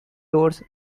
doors